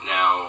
Now